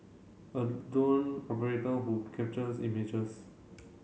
a drone operator who captures images